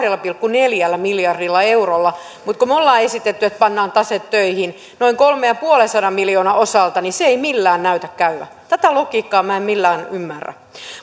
pilkku neljällä miljardilla eurolla mutta kun me olemme esittäneet että pannaan tase töihin noin kolmensadanviidenkymmenen miljoonan osalta niin se ei millään näytä käyvän tätä logiikkaa minä en millään ymmärrä